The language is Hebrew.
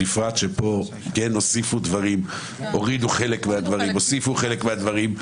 בפרט שפה הורידו חלק מהדברים,